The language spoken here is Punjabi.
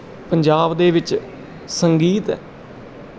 ਪੰਜਾਬ ਦੇ ਵਿੱਚ ਸੰਗੀਤ